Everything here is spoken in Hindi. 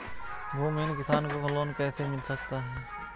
भूमिहीन किसान को लोन कैसे मिल सकता है?